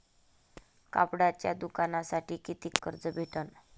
कापडाच्या दुकानासाठी कितीक कर्ज भेटन?